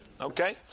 Okay